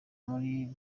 muri